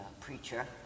preacher